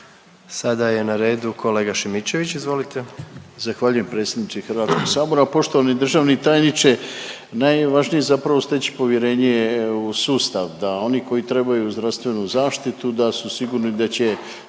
Sada je na redu kolega Šimičević, izvolite. **Šimičević, Rade (HDZ)** Zahvaljujem predsjedniče HS-a. Poštovani državni tajniče. Najvažnije je zapravo steći povjerenje u sustav da oni koji trebaju zdravstvenu zaštitu da su sigurni da će